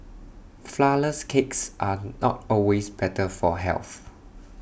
Flourless Cakes are not always better for health